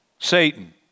Satan